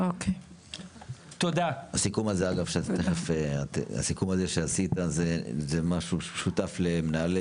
הסיכום הוא בשיתוף מנהלי